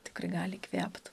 tikrai gali įkvėpt